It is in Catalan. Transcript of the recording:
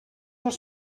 els